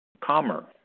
calmer